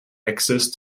access